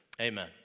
Amen